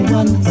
one